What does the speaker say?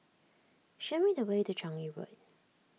show me the way to Changi Road